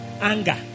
anger